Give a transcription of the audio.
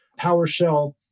PowerShell